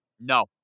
No